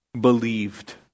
believed